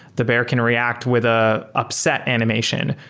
the bear can react with a upset animation.